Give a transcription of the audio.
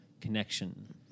connection